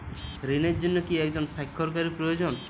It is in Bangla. ঋণের জন্য কি একজন স্বাক্ষরকারী প্রয়োজন?